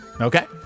okay